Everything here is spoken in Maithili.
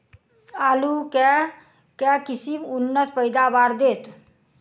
आलु केँ के किसिम उन्नत पैदावार देत?